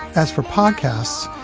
as for podcasts,